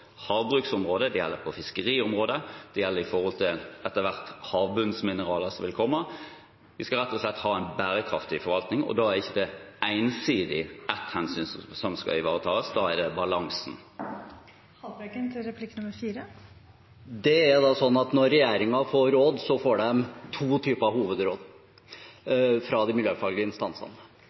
havbruksområdet, det gjelder på fiskeriområdet, og det vil gjelde for havbunnsmineraler etter hvert. Vi skal rett og slett ha en bærekraftig forvaltning, og da er ikke det ensidig ett hensyn som skal ivaretas, da er det balansen. Når regjeringen får råd, får de to typer hovedråd fra de miljøfaglige instansene. Én type er at Miljødirektoratet eller andre sier at